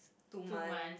two month